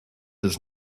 does